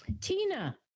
Tina